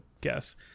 guess